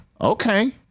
Okay